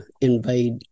invade